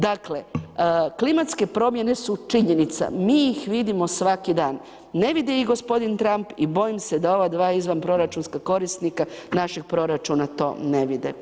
Dakle, klimatske promjene su činjenica, mi ih vidimo svaki dan, ne vidi ih gospodin Tramp i bojim se da ova dva izvanproračunska korisnika našeg proračuna to ne vide.